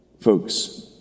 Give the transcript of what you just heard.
Folks